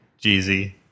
Jeezy